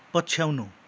पछ्याउनु